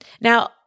Now